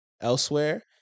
elsewhere